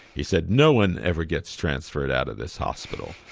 he said no one ever gets transferred out of this hospital.